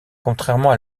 contrairement